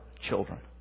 children